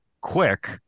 quick –